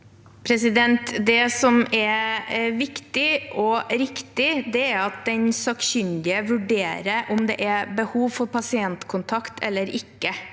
Det som er vik- tig og riktig, er at den sakkyndige vurderer om det er behov for pasientkontakt eller ikke.